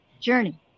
journey